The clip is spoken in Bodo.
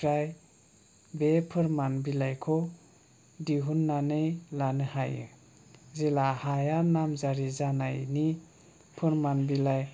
निफ्राय बे फोरमान बिलाइखौ दिहुन्नानै लानो हायो जेला हाया नामजारि जानायनि फोरमान बिलाइ